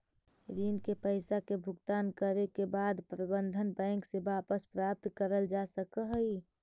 ऋण के पईसा के भुगतान करे के बाद बंधन बैंक से वापस प्राप्त करल जा सकऽ हई